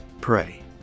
Pray